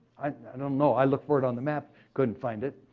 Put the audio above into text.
i don't know. i looked for it on the map couldn't find it.